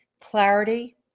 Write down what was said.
clarity